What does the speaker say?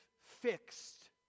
fixed